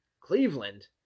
Cleveland